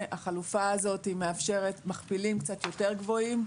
החלופה הזאת מאפשרת מכפילים קצת יותר גבוהים.